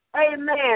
amen